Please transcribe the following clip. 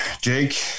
Jake